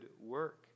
work